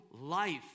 life